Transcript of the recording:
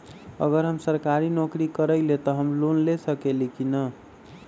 अगर हम सरकारी नौकरी करईले त हम लोन ले सकेली की न?